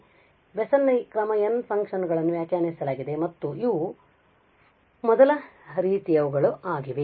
ಆದ್ದರಿಂದ ಮತ್ತು ಇವು ಮೊದಲ ರೀತಿಯವುಗಳಾಗಿವೆ